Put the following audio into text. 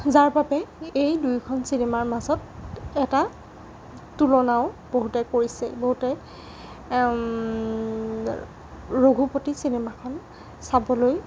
যাৰ বাবে এই দুয়োখন চিনেমাৰ মাজত এটা তুলনাও বহুতে কৰিছে বহুতে ৰঘুপতি চিনেমাখন চাবলৈ